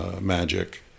magic